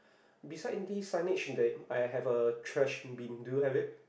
beside this signage there I have a trash bin do you have it